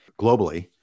globally